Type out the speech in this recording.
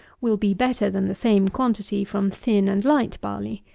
will be better than the same quantity from thin and light barley.